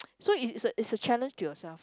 so its is it is a challenge to yourself